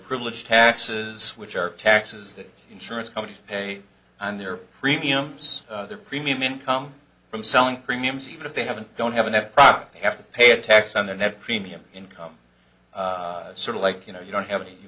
privilege taxes which are taxes that insurance companies pay on their premiums their premium income from selling premiums even if they haven't don't have a net profit they have to pay a tax on their net premium income sort of like you know you don't have any you